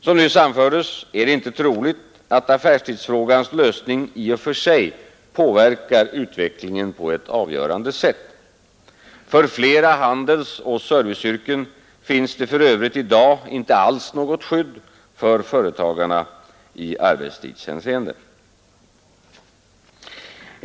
Som nyss anfördes är det inte troligt att affärstidsfrågans lösning i och för sig påverkar utvecklingen på ett avgörande sätt. För flera handelsoch serviceyrken finns för övrigt i dag inte alls något skydd för företagarna i arbetstidshänseende.